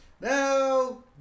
Now